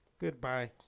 Goodbye